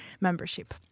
membership